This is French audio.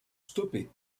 stoppée